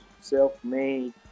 self-made